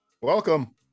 Welcome